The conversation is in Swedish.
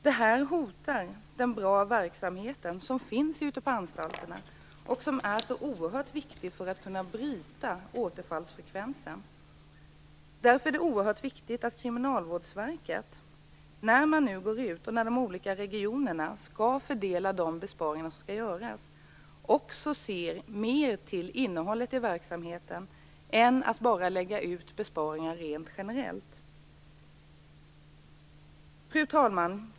Det här hotar den goda verksamhet som finns ute på anstalterna och som är oerhört viktig för att bryta återfallsfrekvensen. Därför är det viktigt att Kriminalvårdsstyrelsen när man nu skall fördela de besparingar som skall göras över de olika regionerna, ser till innehållet i verksamheten och inte bara lägger ut besparingar rent generellt. Fru talman!